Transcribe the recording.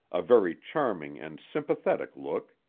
a very charming and sympathetic look.